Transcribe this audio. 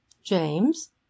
James